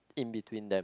in between them